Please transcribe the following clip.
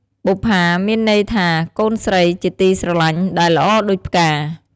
បុប្ផា មានន័យថាកូនស្រីជាទីស្រលាញ់ដែលល្អដូចផ្កា។